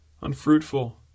unfruitful